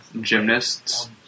gymnasts